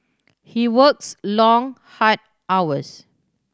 he works long hard hours